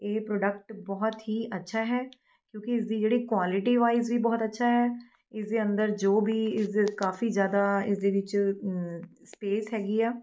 ਇਹ ਪ੍ਰੋਡਕਟ ਬਹੁਤ ਹੀ ਅੱਛਾ ਹੈ ਕਿਉਂਕਿ ਇਸ ਦੀ ਜਿਹੜੀ ਕੁਆਲਿਟੀ ਵਾਈਜ਼ ਵੀ ਬਹੁਤ ਅੱਛਾ ਹੈ ਇਸ ਦੇ ਅੰਦਰ ਜੋ ਵੀ ਇਸ ਕਾਫੀ ਜ਼ਿਆਦਾ ਇਸਦੇ ਵਿੱਚ ਸਪੇਸ ਹੈਗੀ ਆ